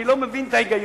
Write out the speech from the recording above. אני לא מבין את ההיגיון.